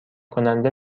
کننده